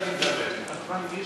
אני בקושי צוחק כשאני מדבר.